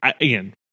again